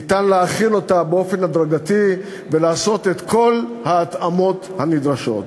ניתן להחיל אותה באופן הדרגתי ולעשות את כל ההתאמות הנדרשות.